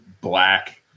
black